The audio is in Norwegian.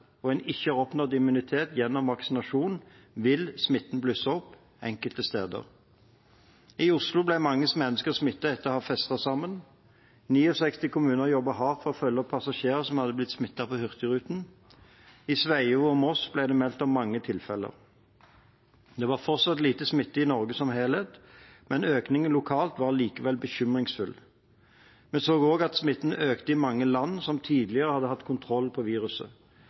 og en ikke har oppnådd immunitet gjennom vaksinasjon, vil smitten blusse opp enkelte steder. I Oslo ble mange mennesker smittet etter å ha festet sammen. 69 kommuner jobbet hardt for å følge opp passasjerer som hadde blitt smittet på hurtigruten. I Sveio og i Moss ble det meldt om mange tilfeller. Det var fortsatt lite smitte i Norge som helhet, men økningen lokalt var likevel bekymringsfull. Vi så også at smitten økte i mange land som tidligere hadde hatt kontroll på viruset.